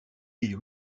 est